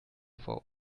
vor